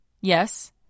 Yes